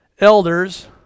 elders